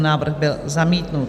Návrh byl zamítnut.